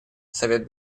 совет